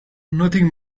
nothing